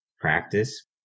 practice